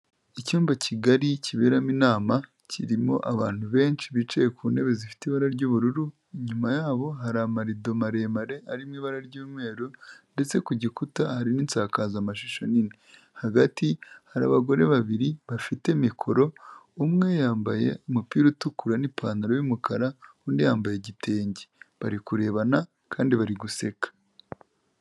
Icyumba kigari kiberamo inama, kirimo abantu benshi bicaye ku ntebe zifite ibara ry'ubururu, inyuma yabo hari amarido maremare ari mu ibara ry'umweru, ndetse ku gikuta hariho insakazamashusho nini. Hagati hari abagore babiri bafite mikoro, umwe yambaye umupira utukura n'ipantaro y'umukara, undi yambaye igitenge. Bari kurebana, kandi bari guseka.